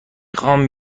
خوام